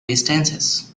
distances